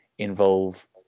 involve